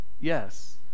yes